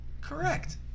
Correct